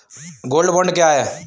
Gold bond क्या है?